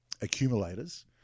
accumulators